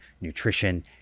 nutrition